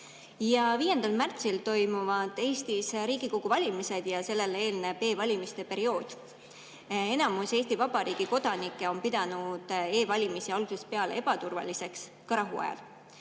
5. märtsil toimuvad Eestis Riigikogu valimised ja sellele eelneb e-valimiste periood. Enamus Eesti Vabariigi kodanikke on pidanud e-valimisi ebaturvaliseks ka rahuajal.